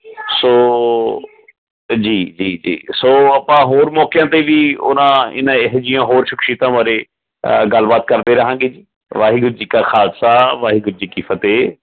ਸੋ ਜੀ ਜੀ ਜੀ ਸੋ ਆਪਾਂ ਹੋਰ ਮੌਕਿਆਂ 'ਤੇ ਵੀ ਉਹਨਾਂ ਇਹਨਾਂ ਇਹੋ ਜਿਹੀਆਂ ਹੋਰ ਸ਼ਖਸੀਅਤਾਂ ਬਾਰੇ ਗੱਲਬਾਤ ਕਰਦੇ ਰਹਾਂਗੇ ਜੀ ਵਾਹਿਗੁਰੂ ਜੀ ਕਾ ਖਾਲਸਾ ਵਾਹਿਗੁਰੂ ਜੀ ਕੀ ਫਤਿਹ